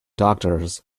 doctors